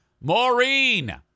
Maureen